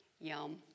Yum